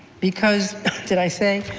because did i say,